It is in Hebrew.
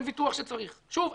אין ויכוח שצריך שוב,